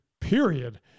period